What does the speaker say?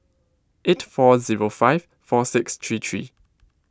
eight four zero five four six three three